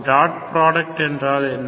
dot product என்றால் என்ன